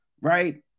right